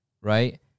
right